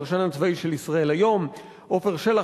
הפרשן הצבאי של "ישראל היום"; עפר שלח,